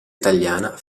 italiana